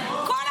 אני לא יודע.